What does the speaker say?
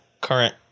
current